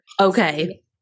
okay